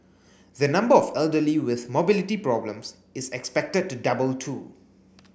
the number of elderly with mobility problems is expected to double too